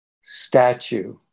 statue